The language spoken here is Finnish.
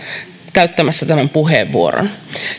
käyttämässä tämän puheenvuoron